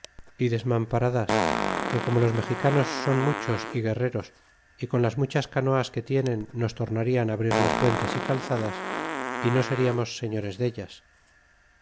y desmamparadas que como los mexicanos son muchos y guerreros y con las muchas canoas que tienen nos tornarian á abrir las puentes y calzadas y no seriamos señores dellas